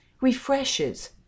refreshes